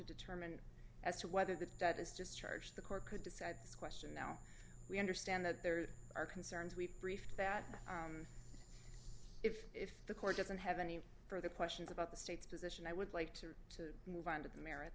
determine as to whether that that is just charge the court could decide this question now we understand that there are concerns we've briefed that if the court doesn't have any further questions about the state's position i would like to to move on to the merits